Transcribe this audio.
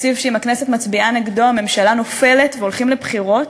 התקציב שאם הכנסת מצביעה נגדו הממשלה נופלת והולכים לבחירות,